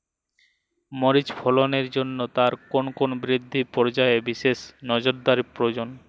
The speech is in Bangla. মরিচ ফলনের জন্য তার কোন কোন বৃদ্ধি পর্যায়ে বিশেষ নজরদারি প্রয়োজন?